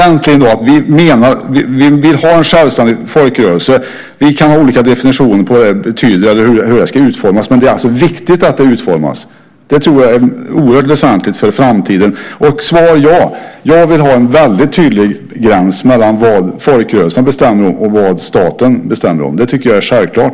Vi vill ha en självständig folkrörelse. Vi kan ha olika definitioner på vad det betyder eller hur den ska utformas. Men det är viktigt att få en utformning. Det tror jag är oerhört väsentligt för framtiden. Svar, ja. Jag vill ha en väldigt tydlig gräns mellan vad folkrörelsen bestämmer och vad staten bestämmer. Det tycker jag är självklart.